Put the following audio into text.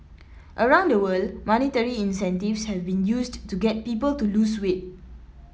around the world monetary incentives have been used to get people to lose weight